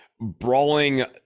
brawling